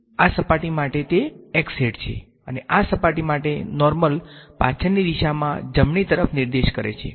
તેથી આ સપાટી માટે તે હેટ છે અને આ સપાટી માટે સામાન્ય પાછળની દિશામાં જમણી તરફ નિર્દેશ કરે છે